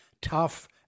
tough